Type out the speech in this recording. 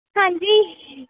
ਹਾਂਜੀ